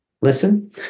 listen